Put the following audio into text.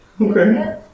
Okay